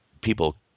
people